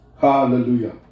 Hallelujah